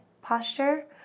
posture